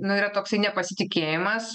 nu yra toksai pasitikėjimas